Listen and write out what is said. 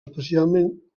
especialment